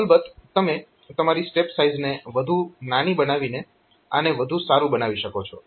અલબત્ત તમે તમારી સ્ટેપ સાઈઝને વધુ નાની બનાવીને આને વધુ સારુ બનાવી શકો છો